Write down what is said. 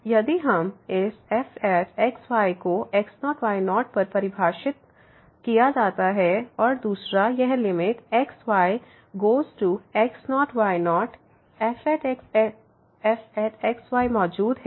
यदि इस fx y को x0 y0 पर परिभाषित किया जाता है और दूसरा तो यह limit x y goes to x0 y0 fx yमौजूद है